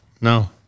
No